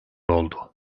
oldu